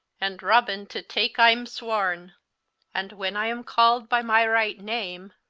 and robin to take ime sworne and when i am called by my right name,